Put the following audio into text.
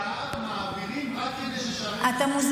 הוא אמר: מעבירים למרות שזה מיותר.